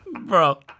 Bro